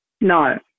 No